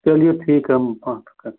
चलिए ठीक है हम बात कर